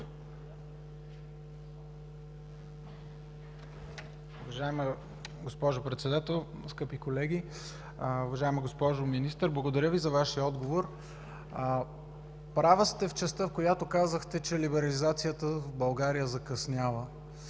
Уважаема госпожо Председател, скъпи колеги! Уважаема госпожо Министър, благодаря Ви за Вашия отговор. Права сте в частта, в която казахте, че либерализацията в България закъснява.